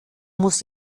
muss